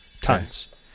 Tons